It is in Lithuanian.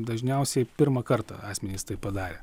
dažniausiai pirmą kartą asmenys tai padarę